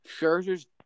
Scherzer's